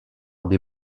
des